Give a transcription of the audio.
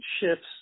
shifts